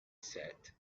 sat